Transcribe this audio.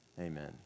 amen